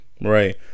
Right